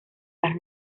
las